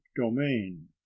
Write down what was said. domain